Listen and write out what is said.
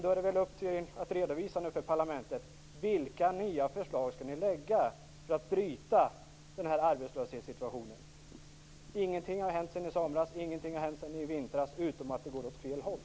Då får väl regeringen nu redovisa för parlamentet vilka nya förslag som den skall lägga fram för att förändra arbetslöshetssituationen. Ingenting har hänt sedan i somras, och ingenting har hänt sedan i vintras utom att det går åt fel håll.